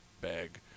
bag